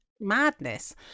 madness